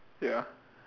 ya